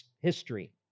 history